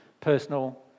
personal